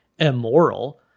immoral